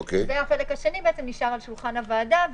והחלק השני נשאר על שולחן הוועדה,